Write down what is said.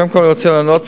קודם כול אני רוצה לענות.